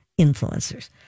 influencers